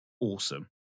awesome